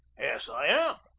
yes, i am,